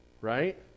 Right